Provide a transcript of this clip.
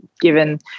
given